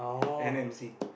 M_N_C